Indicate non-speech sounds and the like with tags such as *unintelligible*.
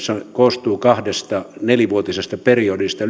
koostuu kahdesta nelivuotisesta periodista *unintelligible*